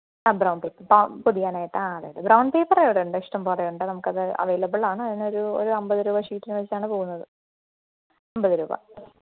ആഹ് brown paper പൊതിയാനായിട്ട് ആഹ് അതെ അതെ ബ്രൗണ് പേപ്പറ് ഇവിടെ ഉണ്ട് ഇഷ്ടംപോലെ ഉണ്ട് നമുക്ക് അത് അവൈലബിള് ആണ് അതിനൊരു ഒരു അമ്പത് രൂപ ഷീറ്റിന് വെച്ചാണ് പോവുന്നത് അമ്പത് രൂപ